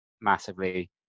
massively